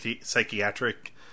psychiatric